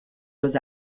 los